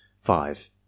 Five